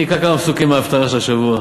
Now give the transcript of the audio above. אני אקרא כמה פסוקים מההפטרה של השבוע: